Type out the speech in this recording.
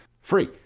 free